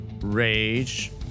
rage